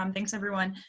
um thanks, everyone.